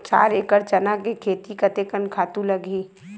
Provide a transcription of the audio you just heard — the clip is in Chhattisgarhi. चार एकड़ चना के खेती कतेकन खातु लगही?